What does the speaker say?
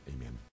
Amen